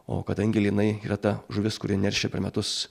o kadangi lynai yra ta žuvis kuri neršia per metus